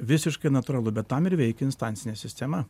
visiškai natūralu bet tam ir veikia instancinė sistema